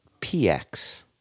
PX